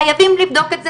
חייבים לבדוק את זה,